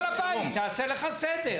בסדר, אתה בעל הבית, תעשה לך סדר.